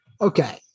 okay